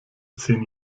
zehn